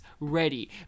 ready